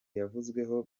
yavuzweho